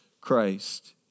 Christ